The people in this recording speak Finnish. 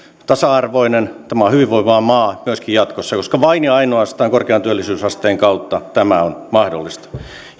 tasa arvoinen ja tämä maa on hyvinvoiva myöskin jatkossa koska vain ja ainoastaan korkean työllisyysasteen kautta tämä on mahdollista